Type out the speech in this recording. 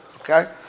okay